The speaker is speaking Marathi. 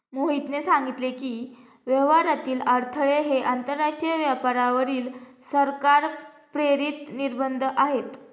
मोहितने सांगितले की, व्यापारातील अडथळे हे आंतरराष्ट्रीय व्यापारावरील सरकार प्रेरित निर्बंध आहेत